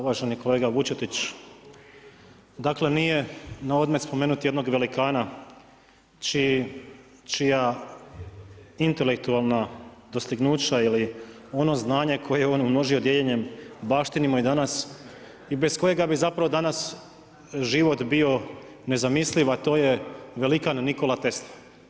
Uvaženi kolega Vučetić, dakle nije na odmet spomenuti jednog velikana čija intelektualna dostignuća ili ono znanje koje je on umnožio dijeljenjem baštinimo i danas i bez kojega bi zapravo danas život bio nezamisliv a to je velikan Nikola Tesla.